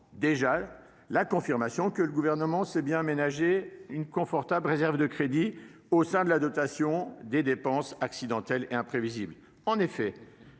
déjà la confirmation que le Gouvernement s'est bien ménagé une confortable réserve de crédits au sein de la dotation pour dépenses accidentelles et imprévisibles (DDAI). En effet,